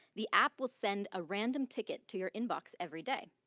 the app will send a random ticket to your inbox every day,